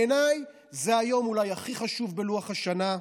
בעיניי זה אולי היום הכי חשוב בלוח השנה.